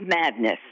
madness